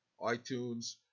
iTunes